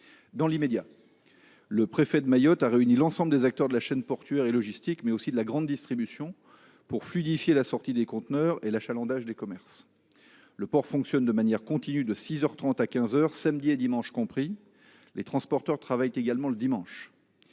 Dans l’immédiat, le préfet de Mayotte a réuni l’ensemble des acteurs de la chaîne portuaire et logistique, mais aussi de la grande distribution, pour fluidifier la sortie des containers et l’achalandage des commerces. Le port fonctionne de manière continue de six heures trente à quinze heures, samedi et dimanche compris. Les transporteurs travaillent également le dimanche.